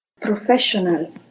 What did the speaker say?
professional